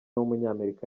w’umunyamerika